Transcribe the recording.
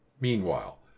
Meanwhile